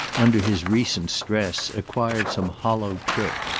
under his recent stress, acquired some hollow trick,